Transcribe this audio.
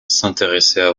s’intéresser